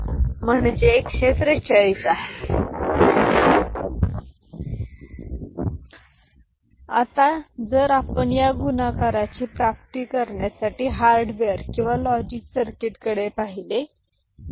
आपल्याला समजले आहे की डेसिमल गुणाकाराच्या संदर्भात बायनरी गुणाकार कसे केला जातो आता जर आपण या गुणाकाराची प्राप्ती करण्यासाठी हार्डवेअर किंवा लॉजिक सर्किटकडे पाहिले तर